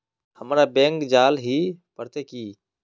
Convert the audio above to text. हमरा बैंक जाल ही पड़ते की?